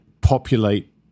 populate